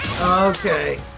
Okay